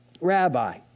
rabbi